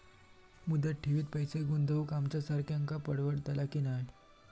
मुदत ठेवीत पैसे गुंतवक आमच्यासारख्यांका परवडतला की नाय?